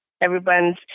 Everyone's